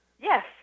Yes